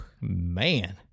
Man